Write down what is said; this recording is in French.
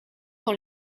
dans